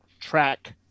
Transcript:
track